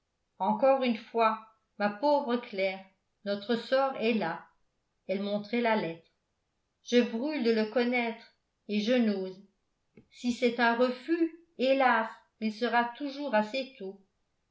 encore une fois ma pauvre claire notre sort est là elle montrait la lettre je brûle de le connaître et je n'ose si c'est un refus hélas il sera toujours assez tôt